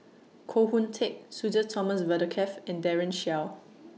Koh Hoon Teck Sudhir Thomas Vadaketh and Daren Shiau